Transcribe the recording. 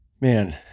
man